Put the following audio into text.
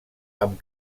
amb